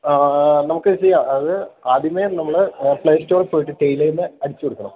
ആ നമുക്ക് ചെയ്യാം അത് ആദ്യമെ നമ്മള് പ്ലേസ്റ്റോറില് പോയിട്ട് ടെയില്എയെന്ന് അടിച്ചുകൊടുക്കണം